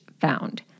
found